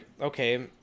okay